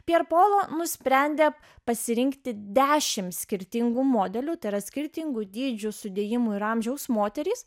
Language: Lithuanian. per polo nusprendė pasirinkti dešimt skirtingų modelių tėra skirtingų dydžių sudėjimui ir amžiaus moterys